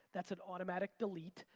that's an automatic delete.